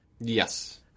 Yes